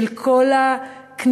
של כל הכניסה,